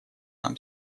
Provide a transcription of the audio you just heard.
нам